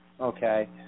okay